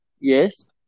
Yes